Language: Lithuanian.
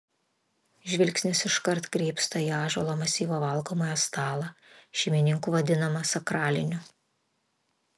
žvilgsnis iškart krypsta į ąžuolo masyvo valgomojo stalą šeimininkų vadinamą sakraliniu